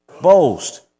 Boast